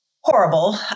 horrible